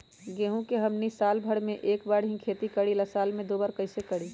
गेंहू के हमनी साल भर मे एक बार ही खेती करीला साल में दो बार कैसे करी?